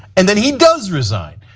and then he does resign.